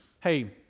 Hey